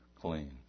clean